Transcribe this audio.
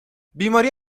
بیماری